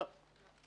לא.